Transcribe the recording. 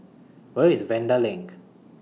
Where IS Vanda LINK